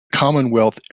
commonwealth